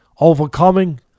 overcoming